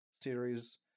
series